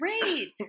great